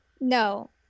No